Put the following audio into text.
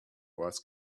was